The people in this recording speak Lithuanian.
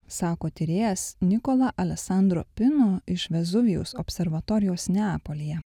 sako tyrėjas nikola alesandro pino iš vezuvijaus observatorijos neapolyje